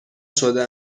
شده